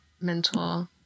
mentor